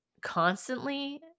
constantly